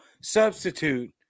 substitute